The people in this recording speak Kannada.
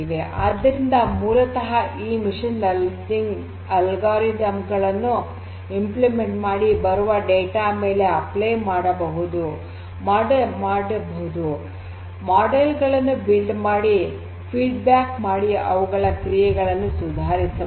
ಆದ್ದರಿಂದ ಮೂಲತಃ ಈ ಮಷೀನ್ ಲರ್ನಿಂಗ್ ಆಲ್ಗೊರಿದಮ್ ಗಳನ್ನು ಕಾರ್ಯಗತಗೊಳಿಸಿ ಬರುವ ಡೇಟಾ ಮೇಲೆ ಅಪ್ಲೈ ಮಾಡಬಹುದು ಮಾಡೆಲ್ ಗಳನ್ನು ನಿರ್ಮಿಸಿ ಫೀಡ್ ಬ್ಯಾಕ್ ಮಾಡಿ ಅವುಗಳ ಕ್ರಿಯೆಗಳನ್ನು ಸುಧಾರಿಸಬಹುದು